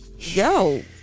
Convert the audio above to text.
Yo